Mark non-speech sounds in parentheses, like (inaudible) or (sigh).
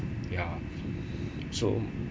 ya (breath) so